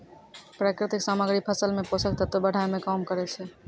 प्राकृतिक सामग्री फसल मे पोषक तत्व बढ़ाय में काम करै छै